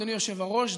אדוני היושב-ראש,